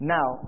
Now